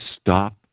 stop